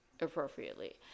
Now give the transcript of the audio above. Appropriately